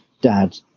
dad